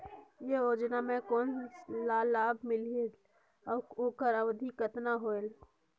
ये योजना मे कोन ला लाभ मिलेल और ओकर अवधी कतना होएल